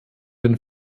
den